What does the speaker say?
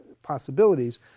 Possibilities